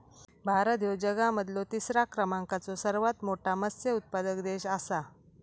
भारत ह्यो जगा मधलो तिसरा क्रमांकाचो सर्वात मोठा मत्स्य उत्पादक देश आसा